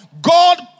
God